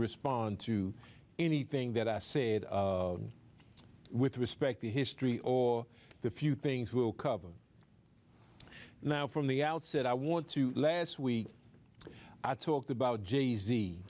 respond to anything that i said with respect to history or the few things we'll cover now from the outset i want to last week i talked about jay z